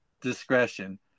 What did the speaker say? discretion